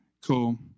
Cool